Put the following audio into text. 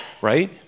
right